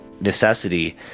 necessity